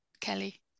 Kelly